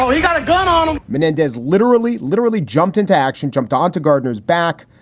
so he got a gun on ah menendez, literally, literally jumped into action, jumped onto gardner's back,